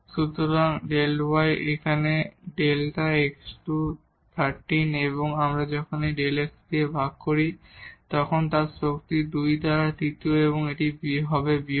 সুতরাং Δ y এখানে Δ x2 13 এবং যখন আমরা এই Δ x দ্বারা ভাগ করি এখানে তার শক্তি 2 দ্বারা তৃতীয় এবং এটি হবে বিয়োগ